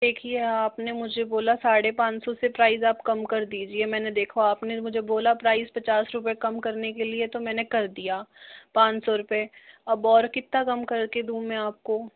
देखिये आपने मुझे बोला साढ़े पाँच सौ से प्राइस आप कम कर दीजिये मैंने देखो आपने मुझे बोला प्राइस पचास रूपए कम करने के लिए तो मैंने कर दिया पाँच सौ रूपए अब और कितना कम करके दूं मैं आपको